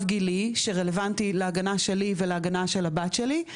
גילי שרלוונטי להגנה שלי ולהגנה של הבת שלי,